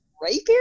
rapier